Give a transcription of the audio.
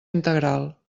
integral